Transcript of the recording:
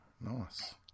nice